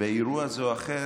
באירוע זה או אחר,